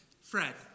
Fred